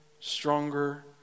stronger